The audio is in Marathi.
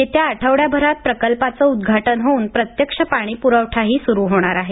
येत्या आठवड्याभरात प्रकल्पाचं उदघाटन होऊन प्रत्यक्ष पाणी पुरवठाही सुरू होणार आहे